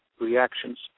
reactions